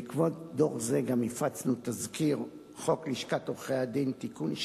בעקבות דוח זה גם הפצנו תזכיר חוק לשכת עורכי-הדין (תיקון,